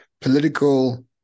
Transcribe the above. political